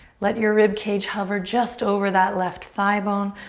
let your rib cage hover just over that left thigh bone.